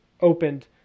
opened